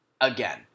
again